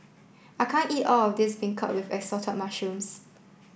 I can't eat all of this beancurd with assorted mushrooms